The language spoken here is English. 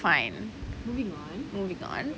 fine moving on